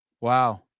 Wow